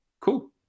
cool